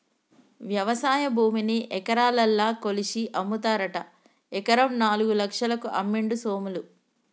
వ్యవసాయ భూమిని ఎకరాలల్ల కొలిషి అమ్ముతారట ఎకరం నాలుగు లక్షలకు అమ్మిండు సోములు